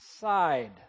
side